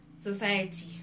society